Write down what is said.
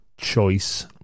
Choice